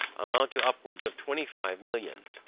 amount to upwards of twenty-five millions,